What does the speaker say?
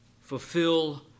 fulfill